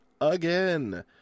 again